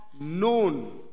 known